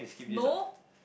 no